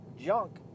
junk